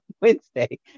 Wednesday